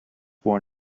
born